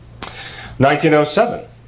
1907